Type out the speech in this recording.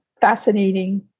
fascinating